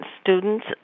students